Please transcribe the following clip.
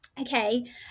Okay